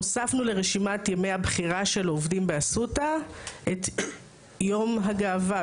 הוספנו לרשימת ימי הבחירה של עובדים באסותא את יום הגאווה.